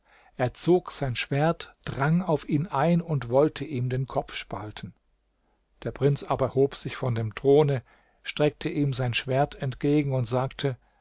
er zog sein schwert drang auf ihn ein und wollte ihm den kopf spalten der prinz aber hob sich von dem throne streckte ihm sein schwert entgegen und sagte